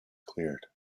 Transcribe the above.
cleared